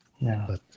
No